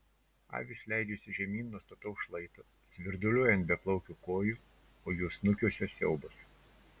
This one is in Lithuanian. avys leidžiasi žemyn nuo stataus šlaito svirduliuoja ant beplaukių kojų o jų snukiuose siaubas